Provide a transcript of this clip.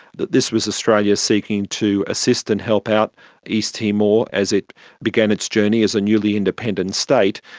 that this was australia seeking to assist and help out east timor as it began its journey as a newly independent state.